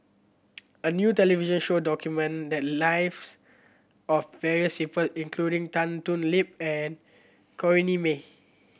a new television show document the lives of various people including Tan Thoon Lip and Corrinne May